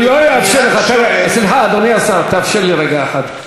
אני רק שואל, סליחה, אדוני השר, תאפשר לי רגע אחד.